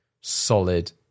solid